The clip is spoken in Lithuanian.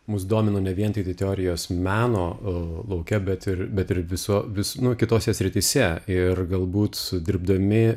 mus domino ne vien tik tai teorijos meno lauke bet ir bet ir viso vis nu kitose srityse ir galbūt sudirbdami